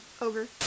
Over